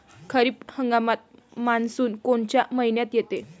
खरीप हंगामात मान्सून कोनच्या मइन्यात येते?